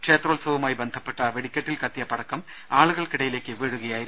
ക്ഷേത്രോത്സവവുമായി ബന്ധപ്പെട്ട വെടിക്കെട്ടിൽ കത്തിയ പടക്കം ആളുകൾക്കിടയിലേക്ക് വീഴുകയായിരുന്നു